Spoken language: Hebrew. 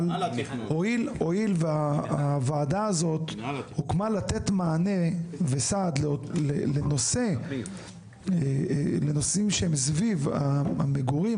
אבל הואיל והוועדה הזאת הוקמה לתת מענה וסעד לנושאים שהם סביב המגורים,